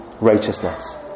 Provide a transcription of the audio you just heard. righteousness